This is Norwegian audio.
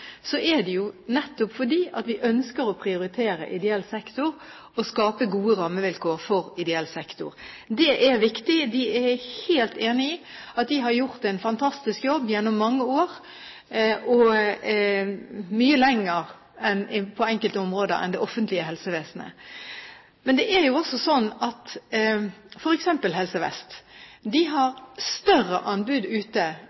er det nettopp fordi vi ønsker å prioritere ideell sektor og å skape gode rammevilkår for ideell sektor. Det er viktig. Vi er helt enig i at de har gjort en fantastisk jobb i mange år – mye mer på enkelte områder enn det offentlige helsevesenet. Men det er jo også slik at f.eks. Helse Vest nå i år har et større anbud ute